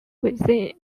within